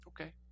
Okay